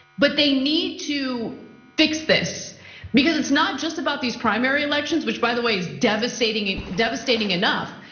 but they need to fix this because it's not just about this primary elections which, by the way, is devastating devastating enough.